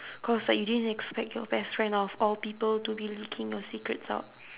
cause like you didn't expect your best friend of all people to be leaking your secrets out